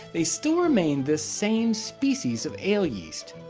they still remain the same species of ale yeast.